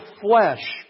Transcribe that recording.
flesh